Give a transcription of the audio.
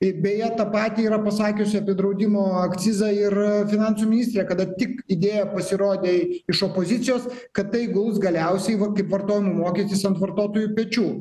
ir beje tą patį yra pasakiusi apie draudimo akcizą ir finansų ministrė kada tik idėja pasirodė iš opozicijos kad tai gaus galiausiai va kaip vartojimo mokestis ant vartotojų pečių